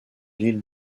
l’île